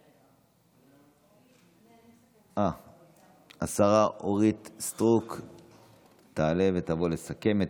נוכח, חברת הכנסת יוליה מלינובסקי, אינה